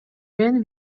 мен